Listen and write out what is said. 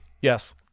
yes